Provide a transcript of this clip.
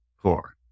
four